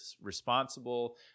responsible